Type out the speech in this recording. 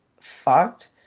fucked